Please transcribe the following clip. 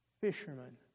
Fishermen